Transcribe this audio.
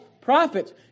prophets